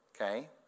okay